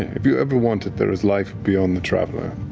if you ever want it, there is life beyond the traveler.